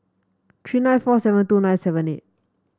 three nine four seven two nine seven eight